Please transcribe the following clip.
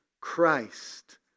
Christ